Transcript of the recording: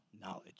knowledge